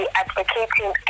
advocating